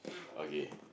okay